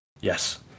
Yes